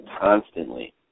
constantly